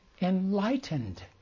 enlightened